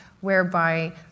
whereby